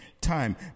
time